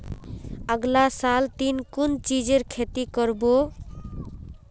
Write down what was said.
अगला साल ती कुन चीजेर खेती कर्बो